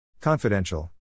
Confidential